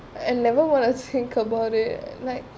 I never want to think about it like